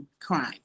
crime